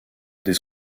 des